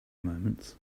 moments